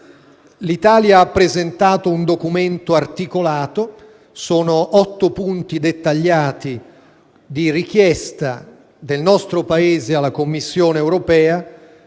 L'Italia ha presentato un documento articolato: sono otto punti dettagliati di richiesta del nostro Paese alla Commissione europea.